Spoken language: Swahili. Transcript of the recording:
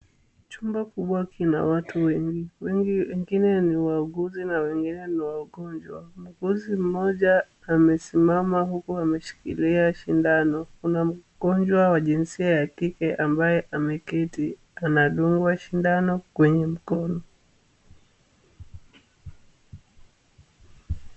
Chumba kubwa kina watu wengi. Wengine ni wauguzi na wengine ni wagonjwa. Muuguzi mmoja amesimama huku ameshikilia sindano. Kuna mgonjwa wa jinsia ya kike ambaye ameketi. Anadungwa sindano kwenye mkono.